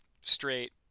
straight